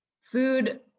food